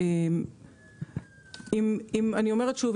אני אומרת שוב,